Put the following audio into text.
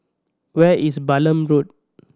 where is Balam Road